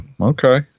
Okay